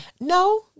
No